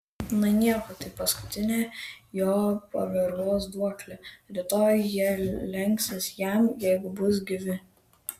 na nieko tai paskutinė jo pagarbos duoklė rytoj jie lenksis jam jeigu bus gyvi